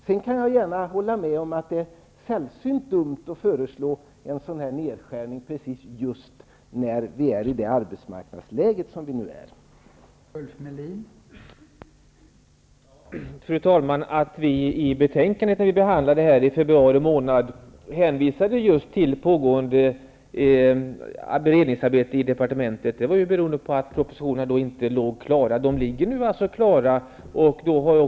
Däremot kan jag gärna hålla med om att det är sällsynt dumt att föreslå en sådan nedskärning just när vi befinner oss i det arbetsmarknadsläge som vi nu befinner oss i.